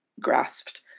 grasped